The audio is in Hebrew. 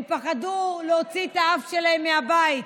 הם פחדו להוציא את האף שלהם מהבית,